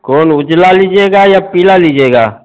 कौन उजला लीजिएगा या पीला लीजिएगा